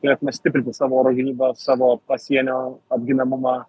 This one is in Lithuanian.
turėtume stiprinti savo oro gynybą savo pasienio apginamumą